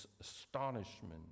astonishment